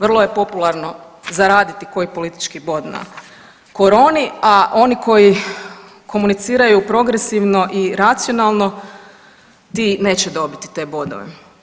Vrlo je popularno zaraditi koji politički bod na koroni, a oni koji komuniciraju progresivno i racionalno ti neće dobiti te bodove.